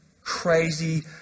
crazy